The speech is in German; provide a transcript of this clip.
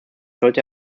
sollte